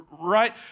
right